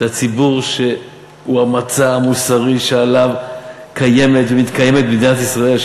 זה ציבור שהוא המצע המוסרי שעליו קיימת ומתקיימת מדינת ישראל.